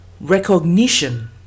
Recognition